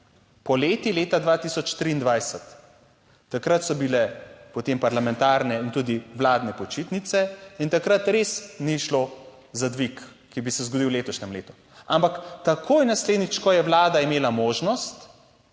poleti leta 2023. Takrat so bile potem parlamentarne in tudi vladne počitnice, in takrat res ni šlo za dvig, ki bi se zgodil v letošnjem letu, ampak takoj naslednjič, ko je Vlada imela možnost,